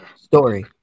Story